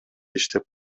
иштеп